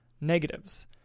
Negatives